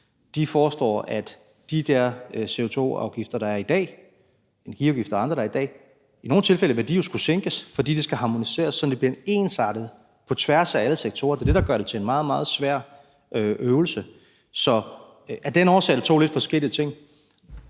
De foreslår, at de CO2-afgifter, der er der i dag, altså energiafgifter og andre, i nogle tilfælde vil skulle sænkes, fordi det skal harmoniseres, sådan at det bliver ensartet på tværs af alle sektorer. Det er det, der gør det til en meget, meget svær øvelse. Så af den årsag er det to lidt forskellige ting.